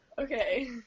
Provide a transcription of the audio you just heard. Okay